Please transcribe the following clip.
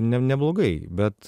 ne neblogai bet